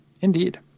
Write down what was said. Indeed